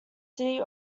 city